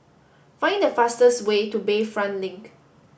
find the fastest way to Bayfront Link